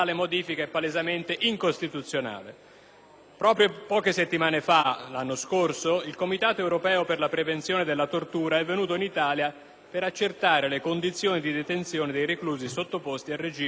Poche settimane fa, nel 2008, il Comitato europeo per la prevenzione della tortura è venuto in Italia per accertare le condizioni di detenzione dei reclusi sottoposti al regime di cui all'articolo 41-*bis*.